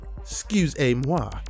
Excusez-moi